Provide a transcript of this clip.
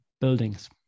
buildings